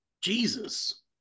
Jesus